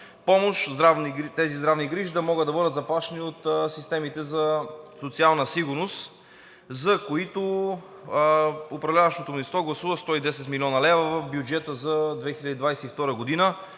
тези здравни грижи да могат да бъдат заплащани от системите за социална сигурност, за които управляващото мнозинство гласува 110 млн. лв. в бюджета за 2022 г., но